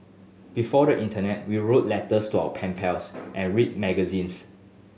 before the internet we wrote letters to our pen pals and read magazines